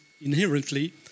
inherently